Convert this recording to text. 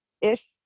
ish